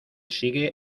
sigue